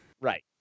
Right